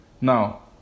now